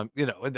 um you know, and